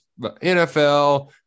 NFL